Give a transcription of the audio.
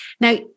Now